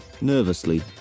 nervously